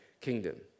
kingdom